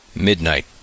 Midnight